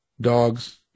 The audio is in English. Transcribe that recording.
dogs